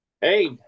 Hey